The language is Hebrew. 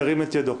ירים את ידו.